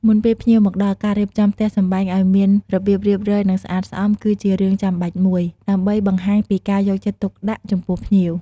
មុនពេលភ្ញៀវមកដល់ ការរៀបចំផ្ទះសម្បែងឲ្យមានរបៀបរៀបរយ និងស្អាតស្អំ គឺជារឿងចាំបាច់មួយ ដើម្បីបង្ហាញពីការយកចិត្តទុកដាក់ចំពោះភ្ញៀវ។